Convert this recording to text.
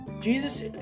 Jesus